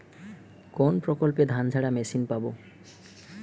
কোনপ্রকল্পে ধানঝাড়া মেশিন পাব?